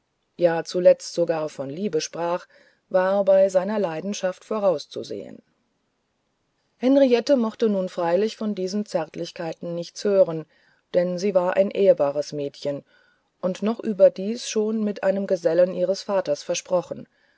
ja zuletzt sogar von liebe sprach war bei seiner leidenschaft vorauszusehen henriette mochte nun freilich von diesen zärtlichkeiten nichts hören denn sie war ein ehrbares mädchen und noch überdies schon mit einem gesellen ihres vaters versprochen